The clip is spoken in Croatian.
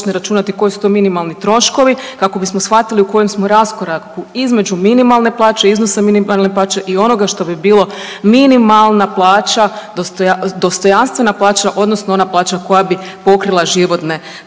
počne računati koji su to minimalni troškovi kako bismo shvatili u kojem smo raskoraku između minimalne plaće i iznosa minimalne plaće i onoga što bi bilo minimalna plaća dostojanstvena plaća odnosno ona plaća koja bi pokrila životne